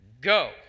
Go